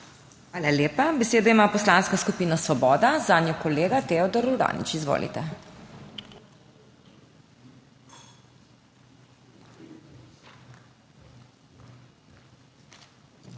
Hvala lepa. Besedo ima Poslanska skupina Svoboda, zanjo kolega Teodor Uranič. Izvolite. TEODOR